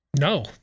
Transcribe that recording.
No